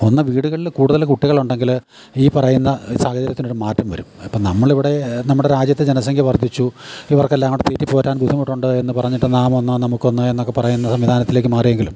ഒന്ന് വീടുകളിൽ കൂടുതൽ കുട്ടികളുണ്ടെങ്കിൽ ഈ പറയുന്ന സാഹചര്യത്തിനൊരു മാറ്റം വരും ഇപ്പം നമ്മളിവിടെ നമ്മുടെ രാജ്യത്തെ ജനസംഖ്യ വർധിച്ചു ഇവർക്കല്ലാംകൂടെ തീറ്റിപ്പോറ്റാൻ ബുദ്ധിമുട്ടുണ്ട് എന്ന് പറഞ്ഞിട്ട് നാമൊന്ന് നമുക്കൊന്ന് എന്നൊക്കെ പറയുന്ന സംവിധാനത്തിലേക്ക് മാറിയെങ്കിലും